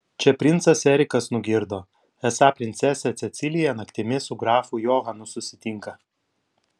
čia princas erikas nugirdo esą princesė cecilija naktimis su grafu johanu susitinka